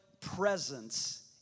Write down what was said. presence